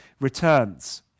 returns